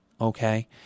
Okay